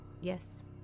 Yes